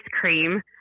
cream